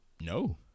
No